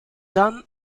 dunn